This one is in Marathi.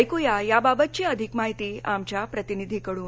ऐकूया या बाबतची अधिक माहिती आमच्या प्रतिनिधीकडून